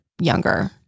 younger